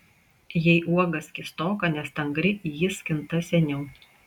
jei uoga skystoka nestangri ji skinta seniau